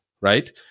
right